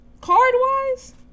Card-wise